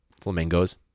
flamingos